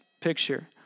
picture